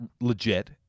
legit